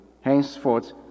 Henceforth